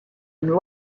and